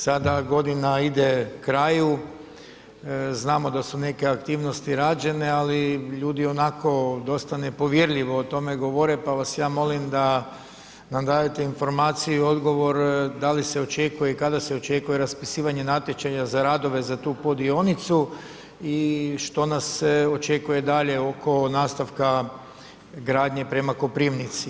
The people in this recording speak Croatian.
Sada godina ide kraju, znamo da su neke aktivnosti rađene, ali ljudi onako dosta nepovjerljivo o tome govore pa vas ja molim da nam dajete informaciju i odgovor da li se očekuje i kada se očekuje raspisivanje natječaja za radove za tu poddionicu i što nas sve očekuje dalje oko nastavka gradnje prema Koprivnici.